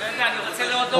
רגע, אני רוצה להודות.